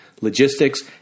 logistics